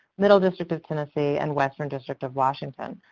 middle district of tennessee, and western district of washington.